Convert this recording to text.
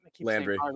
Landry